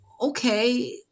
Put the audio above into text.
okay